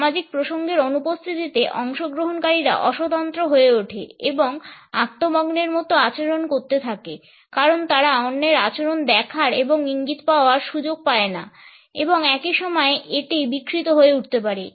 সামাজিক প্রসঙ্গের অনুপস্থিতিতে অংশগ্রহণকারীরা অস্বতন্ত্র হয়ে ওঠে এবং তারা আত্মমগ্নের মত আচরণ করতে থাকে কারণ তারা অন্যের আচরণ দেখার এবং ইঙ্গিত পাওয়ার সুযোগ পায় না এবং একই সময়ে এটি বিকৃত হয়ে উঠতে পারে